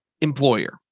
employer